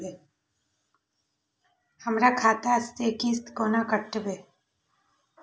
हमर खाता से किस्त कोना कटतै?